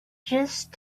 just